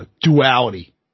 duality